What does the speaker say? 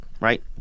right